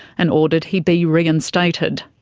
and ordered he be reinstated.